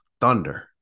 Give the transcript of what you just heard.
thunder